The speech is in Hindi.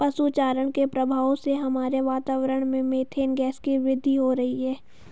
पशु चारण के प्रभाव से हमारे वातावरण में मेथेन गैस की वृद्धि हो रही है